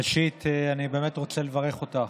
ראשית, אני רוצה לברך אותך.